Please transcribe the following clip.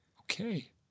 Okay